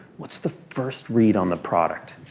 what's the first read on the product?